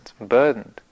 burdened